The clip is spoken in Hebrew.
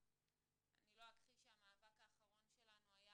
אני לא אכחיש שהמאבק האחרון שלנו היה